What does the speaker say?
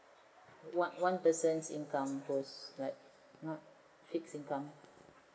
one one person's income gross like not fixed income